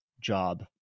job